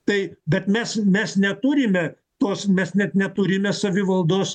tai bet mes mes neturime tos mes net neturime savivaldos